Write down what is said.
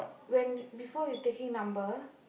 when before you taking number